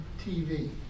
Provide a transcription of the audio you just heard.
TV